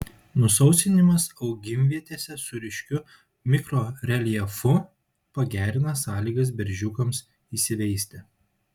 nusausinimas augimvietėse su ryškiu mikroreljefu pagerina sąlygas beržiukams įsiveisti